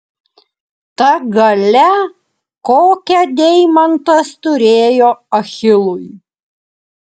ta galia kokią deimantas turėjo achilui